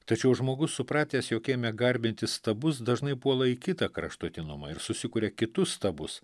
tačiau žmogus supratęs jog ėmė garbinti stabus dažnai puola į kitą kraštutinumą ir susikuria kitus stabus